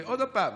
עוד פעם,